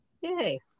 Yay